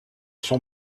sont